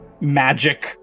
magic